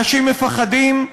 אנשים מפחדים,